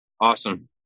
awesome